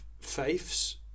faiths